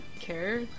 care